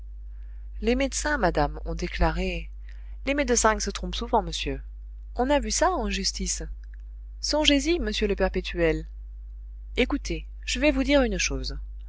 les médecins madame ont déclaré les médecins se trompent souvent monsieur on a vu ça en justice songez-y monsieur le perpétuel écoutez je vais vous dire une chose